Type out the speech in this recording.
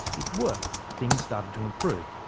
it worked. things started to improve,